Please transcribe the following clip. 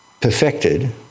perfected